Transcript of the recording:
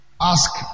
ask